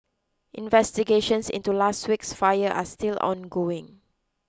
investigations into last week's fire are still ongoing